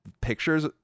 pictures